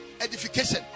edification